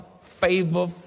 favor